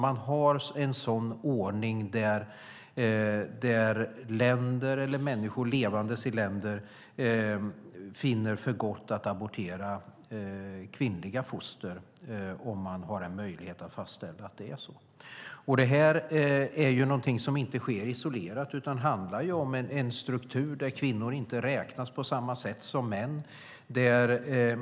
Man har en sådan ordning där länder och människor i länder finner för gott att man ska abortera kvinnliga foster om det finns en möjlighet att fastställa att det är så. Detta är någonting som inte sker isolerat, utan det handlar om en struktur där kvinnor inte räknas på samma sätt som män.